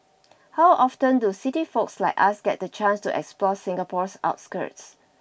how often do city folks like us get the chance to explore Singapore's outskirts